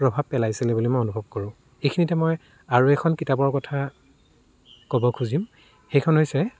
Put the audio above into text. প্ৰভাৱ পেলাইছিলে বুলি মই অনুভৱ কৰোঁ এইখিনিতে মই আৰু এখন কিতাপৰ কথা ক'ব খুজিম সেইখন হৈছে